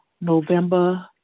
November